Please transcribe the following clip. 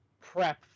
prep